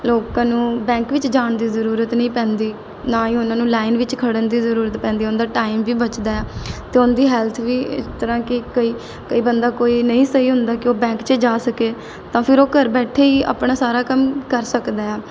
ਲੋਕਾਂ ਨੂੰ ਬੈਂਕ ਵਿੱਚ ਜਾਣ ਦੀ ਜ਼ਰੂਰਤ ਨਹੀਂ ਪੈਂਦੀ ਨਾ ਹੀ ਉਹਨਾਂ ਨੂੰ ਲਾਈਨ ਵਿੱਚ ਖੜ੍ਹਨ ਦੀ ਜ਼ਰੂਰਤ ਪੈਂਦੀ ਉਹਨਾਂ ਦਾ ਟਾਈਮ ਵੀ ਬਚਦਾ ਆ ਅਤੇ ਉਹਨਾਂ ਦੀ ਹੈਲਥ ਵੀ ਇਸ ਤਰ੍ਹਾਂ ਕਿ ਕਈ ਕਈ ਬੰਦਾ ਕੋਈ ਨਹੀਂ ਸਹੀ ਹੁੰਦਾ ਕਿ ਉਹ ਬੈਂਕ 'ਚ ਜਾ ਸਕੇ ਤਾਂ ਫਿਰ ਉਹ ਘਰ ਬੈਠੇ ਹੀ ਆਪਣਾ ਸਾਰਾ ਕੰਮ ਕਰ ਸਕਦਾ ਆ